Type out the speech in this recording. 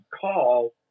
call